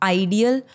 ideal